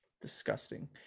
Disgusting